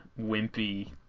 wimpy